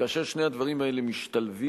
כאשר שני הדברים האלה משתלבים,